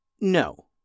No